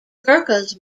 gurkhas